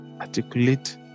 articulate